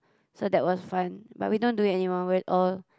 so that was fun but we don't do it anymore we're all